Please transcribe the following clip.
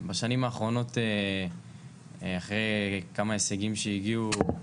בשנים האחרונות, אחרי כמה הישגים שהגיעו,